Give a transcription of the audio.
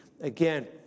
again